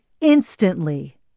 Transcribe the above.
instantly